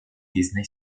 disney